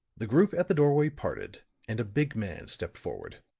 the group at the doorway parted and a big man stepped forward.